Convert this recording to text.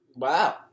Wow